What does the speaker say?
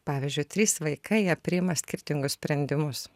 pavyzdžiui trys vaikai jie priima skirtingus sprendimus